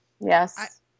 Yes